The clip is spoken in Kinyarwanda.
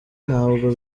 ntabwo